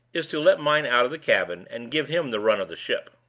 is to let mine out of the cabin, and give him the run of the ship.